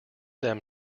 them